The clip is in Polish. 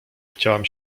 chciałam